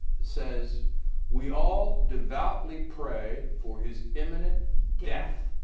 says we all devoutly pray for his imminent death.